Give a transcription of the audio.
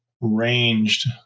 ranged